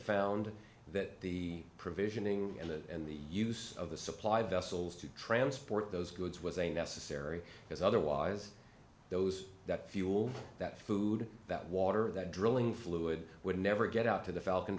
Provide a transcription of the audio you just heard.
found that the provisioning in that and the use of the supply vessels to transport those goods was a necessary because otherwise those that fuel that food that water that drilling fluid would never get out to the falcon